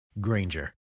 Granger